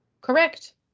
Correct